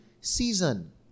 season